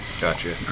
Gotcha